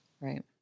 Right